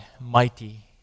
mighty